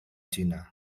cina